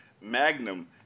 Magnum